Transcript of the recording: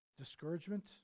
Discouragement